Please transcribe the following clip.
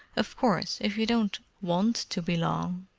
of course, if you don't want to belong!